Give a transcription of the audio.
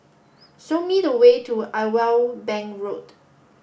show me the way to Irwell Bank Road